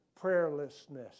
prayerlessness